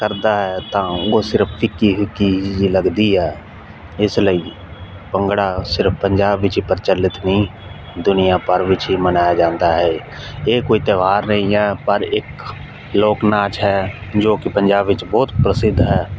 ਕਰਦਾ ਹੈ ਤਾਂ ਉਹ ਸਿਰਫ ਫਿੱਕੀ ਫਿੱਕੀ ਜਿਹੀ ਲੱਗਦੀ ਆ ਇਸ ਲਈ ਭੰਗੜਾ ਸਿਰਫ ਪੰਜਾਬ ਵਿੱਚ ਹੀ ਪ੍ਰਚਲਿਤ ਨਹੀਂ ਦੁਨੀਆ ਭਰ ਵਿੱਚ ਹੀ ਮਨਾਇਆ ਜਾਂਦਾ ਹੈ ਇਹ ਕੋਈ ਤਿਉਹਾਰ ਨਹੀਂ ਹੈ ਪਰ ਇੱਕ ਲੋਕ ਨਾਚ ਹੈ ਜੋ ਕਿ ਪੰਜਾਬ ਵਿੱਚ ਬਹੁਤ ਪ੍ਰਸਿੱਧ ਹੈ